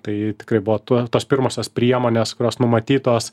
tai tik ribotu tos pirmosios priemonės kurios numatytos